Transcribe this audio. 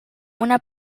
una